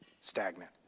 stagnant